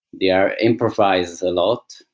yeah improvise a lot.